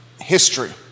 history